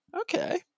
Okay